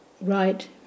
Right